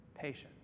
patience